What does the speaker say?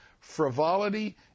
frivolity